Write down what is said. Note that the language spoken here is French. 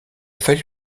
fallu